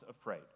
afraid